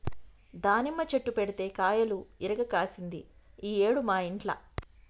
దానిమ్మ చెట్టు పెడితే కాయలు ఇరుగ కాశింది ఈ ఏడు మా ఇంట్ల